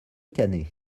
cannet